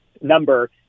number